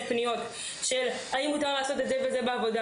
פניות כמו: האם מותר לעשות זאת וזאת בעבודה?